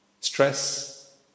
stress